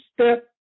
step